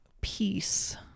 peace